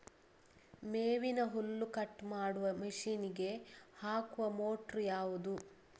ಮೇವಿನ ಹುಲ್ಲು ಕಟ್ ಮಾಡುವ ಮಷೀನ್ ಗೆ ಹಾಕುವ ಮೋಟ್ರು ಯಾವುದು?